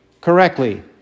correctly